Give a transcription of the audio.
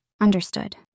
Understood